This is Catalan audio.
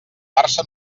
barça